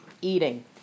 Eating